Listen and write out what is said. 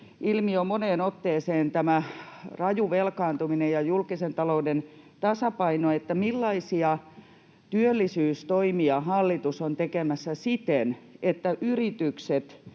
ilmi jo moneen otteeseen tämä raju velkaantuminen ja julkisen talouden tasapaino, millaisia työllisyystoimia hallitus on tekemässä siten, että yrityksiin